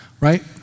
Right